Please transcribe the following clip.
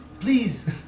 Please